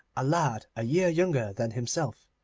a lad a year younger than himself.